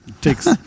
takes